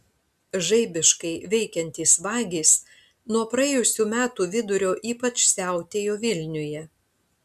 žaibiškai veikiantys vagys nuo praėjusių metų vidurio ypač siautėjo vilniuje